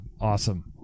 Awesome